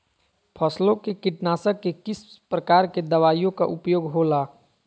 फसलों के कीटनाशक के किस प्रकार के दवाइयों का उपयोग हो ला?